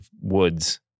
woods